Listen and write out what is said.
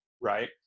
right